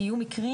יהיה מקרה